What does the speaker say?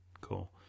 Cool